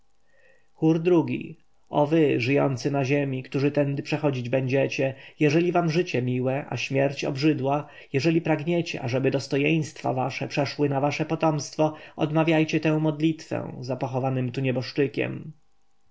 o wy żyjący na ziemi którzy tędy przechodzić będziecie jeżeli wam życie miłe a śmierć obrzydła jeżeli pragniecie ażeby dostojeństwa wasze przeszły na wasze potomstwo odmawiajcie tę modlitwę za pochowanym tu nieboszczykiem